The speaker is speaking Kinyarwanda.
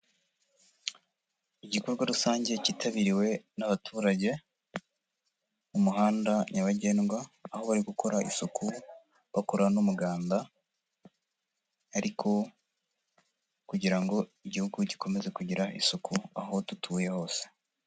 Igikorwa rusange cyitabiriwe n'abaturage, mu muhanda nyabagendwa aho bari gukora isuku, bakora n'umuganda, ariko kugira ngo igihugu gikomeze kugira isuku aho dutuye hose.